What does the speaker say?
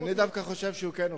אני דווקא חושב שהוא כן הוכרע,